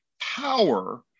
power